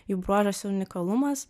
jų bruožas unikalumas